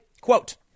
quote